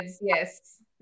yes